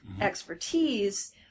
expertise